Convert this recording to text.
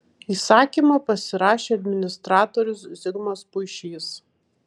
įsakymą pasirašė administratorius zigmas puišys